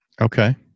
Okay